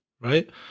right